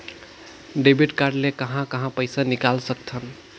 Debit card ले कहां कहां पइसा निकाल सकथन?